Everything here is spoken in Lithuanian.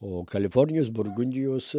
o kalifornijos burgundijos